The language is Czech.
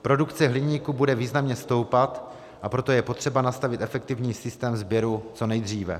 Produkce hliníku bude významně stoupat, a proto je potřeba nastavit efektivní systém sběru co nejdříve.